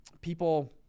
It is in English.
people